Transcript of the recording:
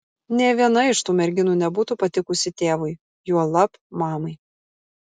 nė viena iš tų merginų nebūtų patikusi tėvui juolab mamai